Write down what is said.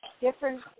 different